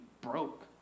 broke